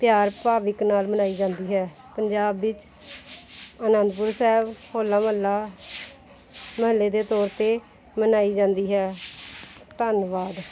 ਪਿਆਰ ਭਾਵਿਕ ਨਾਲ ਮਨਾਈ ਜਾਂਦੀ ਹੈ ਪੰਜਾਬ ਵਿੱਚ ਅਨੰਦਪੁਰ ਸਾਹਿਬ ਹੋਲਾ ਮਹੱਲਾ ਮਹੱਲੇ ਦੇ ਤੌਰ 'ਤੇ ਮਨਾਈ ਜਾਂਦੀ ਹੈ ਧੰਨਵਾਦ